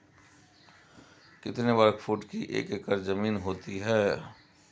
कितने वर्ग फुट की एक एकड़ ज़मीन होती है?